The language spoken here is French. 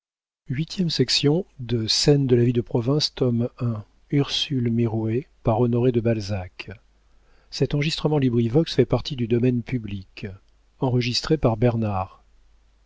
de scène de la vie de province tome i author honoré de balzac